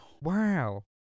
Wow